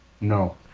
No